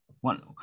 One